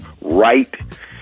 right